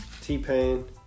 T-Pain